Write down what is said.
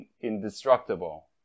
indestructible